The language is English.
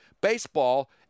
baseball